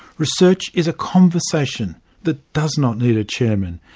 research is a conversation that does not need a chairman,